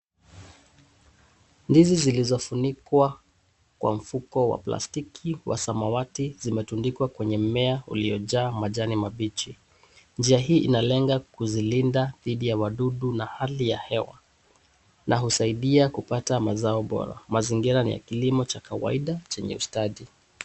Ndizi zilizofunikwa kwa mfuko wa plastiki wa samawati zimetundikwa kwenye mmea uliojaa majani mabichi. Njia hii inalenga kuzilinda dhidhi ya wadudu na hali ya hewa na husaidia kupata mazao bora. Mazingira ni ya kilimo cha kawaida chenye ustadhi.